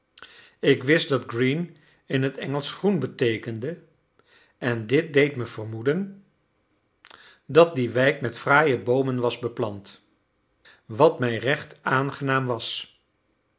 ik wist dat green in het engelsch groen beteekende en dit deed me vermoeden dat die wijk met fraaie boomen was beplant wat mij recht aangenaam was